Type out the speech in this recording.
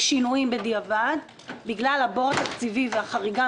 בשינויים בדיעבד בגלל הבור התקציבי והחריגה